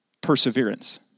Perseverance